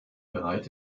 bereit